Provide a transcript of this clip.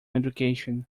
education